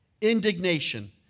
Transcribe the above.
Indignation